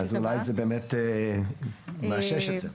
אולי זה מאשש את זה.